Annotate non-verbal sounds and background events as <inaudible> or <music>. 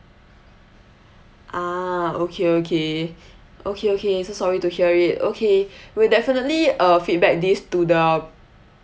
ah okay okay okay okay so sorry to hear it okay <breath> we'll definitely uh feedback this to the